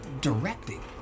directing